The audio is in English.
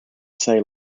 sale